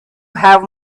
have